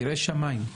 יראי שמיים,